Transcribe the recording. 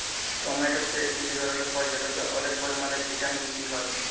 tomato হছে ইক ধরলের ফল যেটতে অলেক পরিমালে ভিটামিল সি হ্যয়